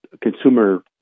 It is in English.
consumer